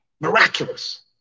Miraculous